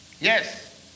Yes